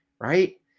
Right